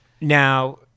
now